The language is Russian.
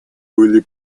были